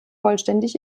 vollständig